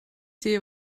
sehe